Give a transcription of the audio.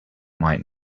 might